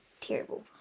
terrible